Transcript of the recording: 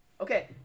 Okay